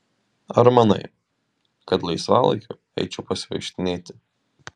ar manai kad laisvalaikiu eičiau pasivaikštinėti